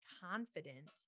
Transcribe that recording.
confident